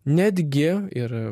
netgi ir